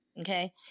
Okay